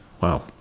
Wow